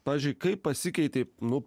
pavyzdžiui kaip pasikeitė nu